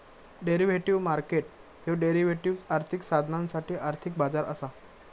derivative market ह्यो derivatives, आर्थिक साधनांसाठी आर्थिक बाजार असा